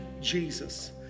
Jesus